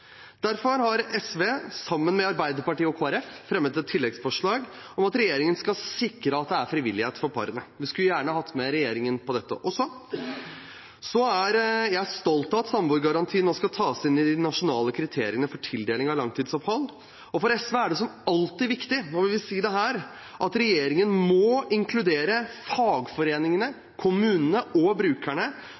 Derfor har SV, sammen med Arbeiderpartiet og Kristelig Folkeparti, fremmet et tilleggsforslag om at regjeringen skal sikre at ordningen er frivillig for parene. Vi skulle gjerne hatt regjeringen med på dette også. Jeg er stolt av at samboergarantien nå skal tas inn i de nasjonale kriteriene for tildeling av langtidsopphold. For SV er det som alltid viktig, og det vil vi si her, at regjeringen må inkludere fagforeningene, kommunene og brukerne